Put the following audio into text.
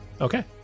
Okay